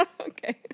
Okay